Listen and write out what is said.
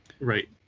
right